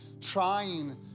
trying